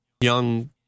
young